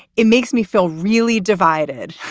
it makes me feel really divided,